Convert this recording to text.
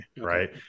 Right